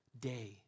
day